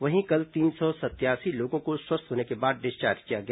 वहीं कल तीन सौ सतयासी लोगों को स्वस्थ होने के बाद डिस्चार्ज किया गया